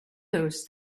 those